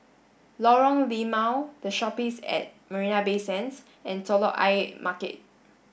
Lorong Limau The Shoppes at Marina Bay Sands and Telok Ayer Market